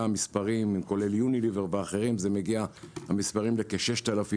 כמו יוניליוור ואחרים ואז המספרים יגיעו לכ-6,000 עובדים,